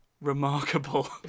Remarkable